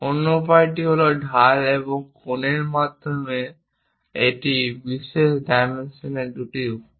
অন্য উপায়টি হল ঢাল এবং কোণের মাধ্যমে এটি বিশেষ ডাইমেনশনের দুটি উপায়